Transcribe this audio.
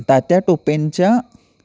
तात्या टोपेंच्या